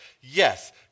Yes